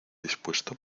dispuesto